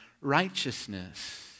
Righteousness